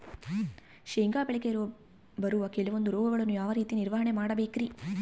ಶೇಂಗಾ ಬೆಳೆಗೆ ಬರುವ ಕೆಲವೊಂದು ರೋಗಗಳನ್ನು ಯಾವ ರೇತಿ ನಿರ್ವಹಣೆ ಮಾಡಬೇಕ್ರಿ?